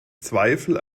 zweifel